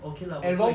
okay lah 我最